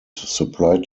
supply